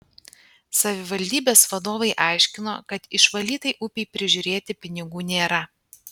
savivaldybės vadovai aiškino kad išvalytai upei prižiūrėti pinigų nėra